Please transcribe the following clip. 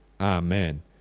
Amen